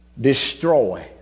Destroy